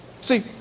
See